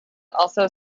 also